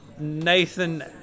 Nathan